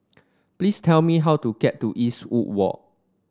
please tell me how to get to Eastwood Walk